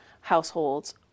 households